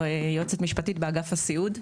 משפטית, אגף הסיעוד,